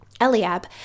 Eliab